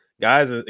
guys